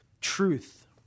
truth